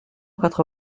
quatre